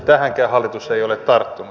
tähänkään hallitus ei ole tarttunut